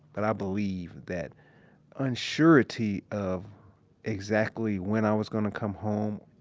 but i believe that unsurity of exactly when i was gonna come home,